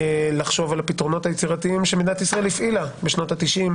צריך לחשוב על פתרונות יצירתיים שמדינת ישראל הפעילה בשנות ה-90.